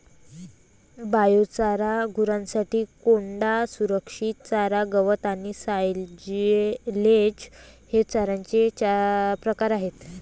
biochar, गुरांसाठी कोंडा, संरक्षित चारा, गवत आणि सायलेज हे चाऱ्याचे प्रकार आहेत